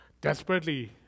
desperately